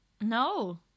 No